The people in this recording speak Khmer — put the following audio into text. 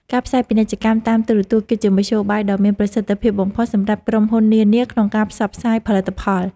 ការផ្សាយពាណិជ្ជកម្មតាមទូរទស្សន៍ គឺជាមធ្យោបាយដ៏មានប្រសិទ្ធភាពបំផុតសម្រាប់ក្រុមហ៊ុននានាក្នុងការផ្សព្វផ្សាយផលិតផល។